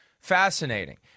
fascinating